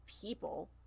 people